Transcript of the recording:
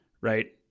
right